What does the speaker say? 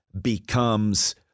becomes